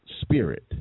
spirit